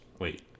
Wait